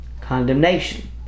condemnation